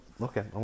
Okay